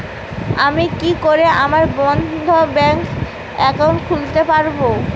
আমি কি করে আমার বন্ধ ব্যাংক একাউন্ট খুলতে পারবো?